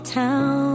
town